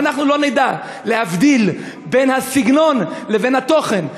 אם אנחנו לא נדע להבדיל בין הסגנון לבין התוכן,